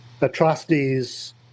atrocities